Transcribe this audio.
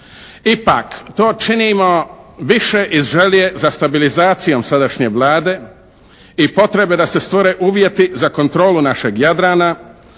Ipak, to činimo više iz želje za stabilizacijom sadašnje Vlade i potrebe da se stvore uvjeti za kontrolu našeg Jadrana,